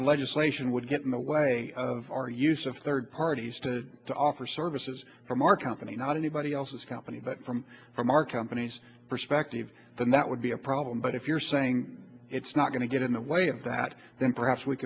the legislation would get in the way of or use of third parties to offer services from our company not anybody else's company but from from our company's perspective then that would be a problem but if you're saying it's not going to get in the way of that then perhaps we